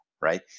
right